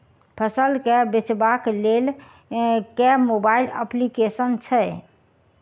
फसल केँ बेचबाक केँ लेल केँ मोबाइल अप्लिकेशन छैय?